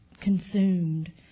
consumed